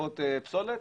שריפות פסולת,